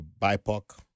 BIPOC